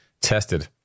tested